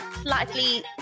slightly